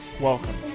Welcome